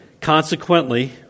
Consequently